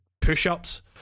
push-ups